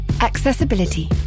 accessibility